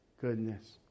goodness